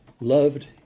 loved